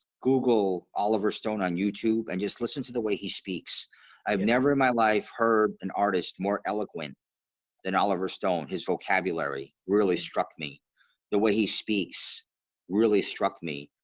google oliver stone on youtube and just listen to the way he speaks i've never in my life heard an artist more eloquent than oliver stone his vocabulary really struck me the way he speaks really struck me.